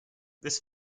this